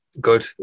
Good